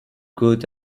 good